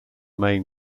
main